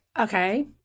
okay